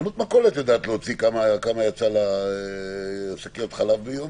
חנות מכולת יודעת להוציא כמה יצא לה שקיות חלב ביום.